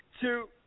two